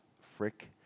Frick